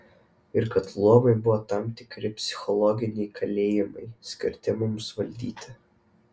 ir kad luomai buvo tam tikri psichologiniai kalėjimai skirti mums valdyti